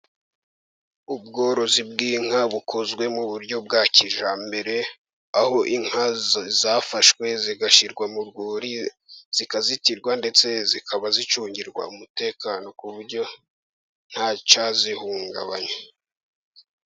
Ubworozi bw'inka bukozwe mu buryo bwa kijyambere, aho inka zafashwe zigashyirwa mu rwuri, zikazitirwa, ndetse zikaba zicungirwa umutekano, ku buryo ntacyazihungabanya.